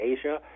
Asia